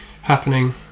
happening